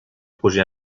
projet